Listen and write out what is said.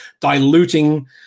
diluting